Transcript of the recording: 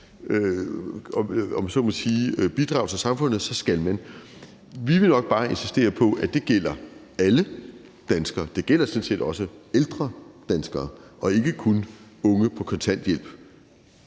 om jeg så må sige, til samfundet, så skal man. Vi vil nok bare insistere på, at det gælder alle danskere – det gælder sådan set også ældre danskere og ikke kun unge på kontanthjælp.